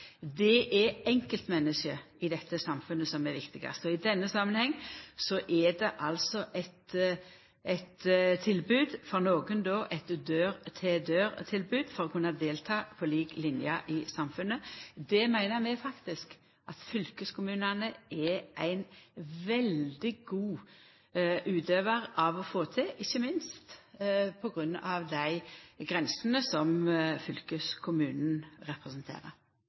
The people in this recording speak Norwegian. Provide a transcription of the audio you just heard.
det viktigaste. Det er enkeltmennesket i samfunnet som er det viktigaste. I denne samanhengen er det for nokre eit dør-til-dør-tilbod for å kunne delta på lik linje i samfunnet. Det meiner vi faktisk at fylkeskommunane er ein veldig god utøvar til å få til, ikkje minst på grunn av dei grensene som fylkeskommunen representerer.